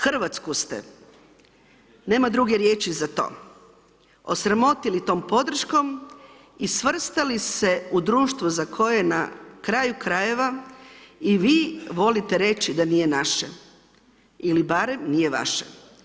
Hrvatsku ste nema druge riječi za to, osramotili tom podrškom i svrstali se u društvu za koje, na kraju krajeva i vi volite reći da nije naše ili barem nije vaše.